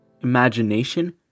imagination